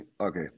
okay